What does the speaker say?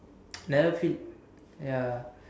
never feel ya